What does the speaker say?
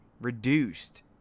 Reduced